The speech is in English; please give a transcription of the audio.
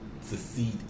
succeed